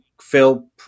Phil